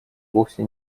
вовсе